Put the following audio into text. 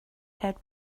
had